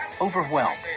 Overwhelm